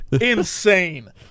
insane